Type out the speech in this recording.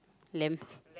lamb